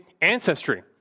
ancestry